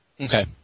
Okay